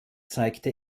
zeigte